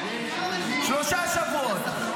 שלושה שבועות,